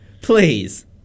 Please